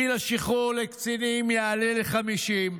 גיל השחרור לקצינים יעלה ל-50.